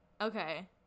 Okay